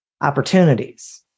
opportunities